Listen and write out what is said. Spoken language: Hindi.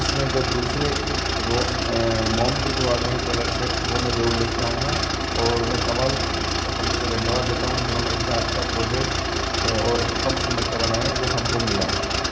इसमें जो दूसरे मोम के जो आते हैं कलर सेट वह मैं ज़रूर लेकर आऊँगा और मैं कमल कम्पनी को धन्यवाद देता हूँ जिन्होंने इतना अच्छा प्रोडक्ट है और कम कीमत का बनाया जो हमको मिला